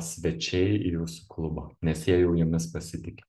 svečiai į jūsų klubą nes jie jau jumis pasitiki